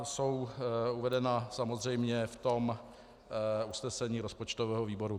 Jsou uvedena samozřejmě v usnesení rozpočtového výboru.